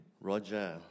Roger